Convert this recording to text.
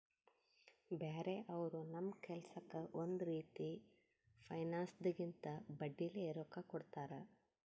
ಬ್ಯಾರೆ ಅವರು ನಮ್ ಕೆಲ್ಸಕ್ಕ್ ಒಂದ್ ರೀತಿ ಫೈನಾನ್ಸ್ದಾಗಿಂದು ಬಡ್ಡಿಲೇ ರೊಕ್ಕಾ ಕೊಡ್ತಾರ್